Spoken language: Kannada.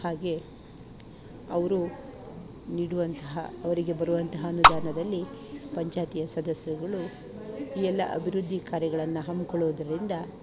ಹಾಗೆ ಅವರು ನೀಡುವಂತಹ ಅವರಿಗೆ ಬರುವಂತಹ ಅನುದಾನದಲ್ಲಿ ಪಂಚಾಯ್ತಿಯ ಸದಸ್ಯರುಗಳು ಈ ಎಲ್ಲ ಅಭಿವೃದ್ದಿ ಕಾರ್ಯಗಳನ್ನು ಹಮ್ಮಿಕೊಳ್ಳೋದರಿಂದ